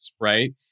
right